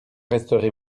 resterez